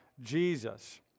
Jesus